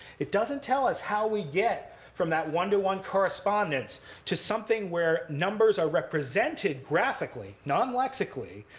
it doesn't tell us how we get from that one to one correspondence to something where numbers are represented graphically, non-lexically,